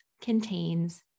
contains